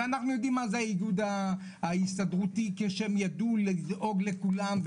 ואנחנו יודעים מה זה האיגוד ההסתדרותי כשהם ידעו לדאוג לכולם,